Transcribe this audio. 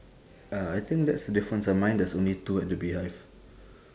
uh I think that's the different ah mine there's only two at the beehive